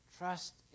Trust